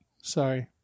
Sorry